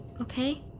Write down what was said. okay